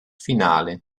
finale